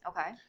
Okay